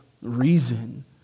reason